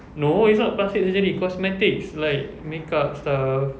no it's not plastic surgery cosmetics like makeup stuff